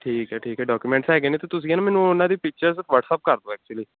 ਠੀਕ ਹੈ ਠੀਕ ਹੈ ਡੋਕੂਮੈਂਟਸ ਹੈਗੇ ਨੇ ਤਾਂ ਤੁਸੀਂ ਹੈ ਨਾ ਮੈਨੂੰ ਉਹਨਾਂ ਦੀ ਪਿਕਚਰਸ ਵੱਟਸਐਪ ਕਰ ਦਿਓ ਐਕਚੁਲੀ